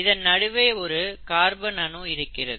இதன் நடுவே ஒரு கார்பன் அணு இருக்கிறது